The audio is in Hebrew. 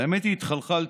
האמת, התחלחלתי.